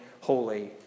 holy